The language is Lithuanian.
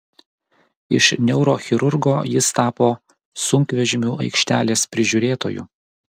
iš neurochirurgo jis tapo sunkvežimių aikštelės prižiūrėtoju